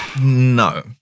No